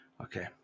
Okay